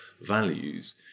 values